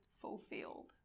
fulfilled